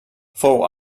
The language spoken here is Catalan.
fou